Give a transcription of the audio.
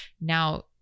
Now